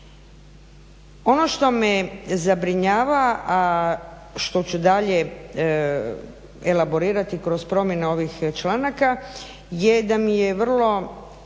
Ono što me zabrinjava, a što ću dalje elaborirati kroz promjene ovih članaka je da mi je vrlo